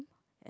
as